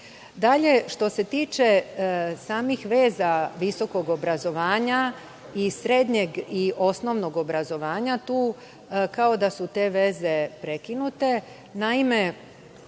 bajku. Što se tiče samih veza visokog obrazovanja i srednjeg i osnovnog obrazovanja, tu kao da su te veze prekinute.